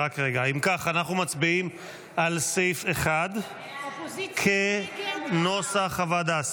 אם כך אנחנו מצביעים על סעיף 1 כנוסח הוועדה.